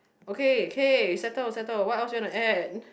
okay okay settle settle what else you want to add